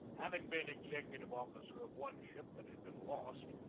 having been executive officer of one ship that had been lost,